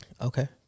Okay